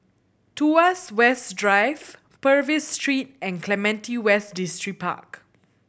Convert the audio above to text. Tuas West Drive Purvis Street and Clementi West Distripark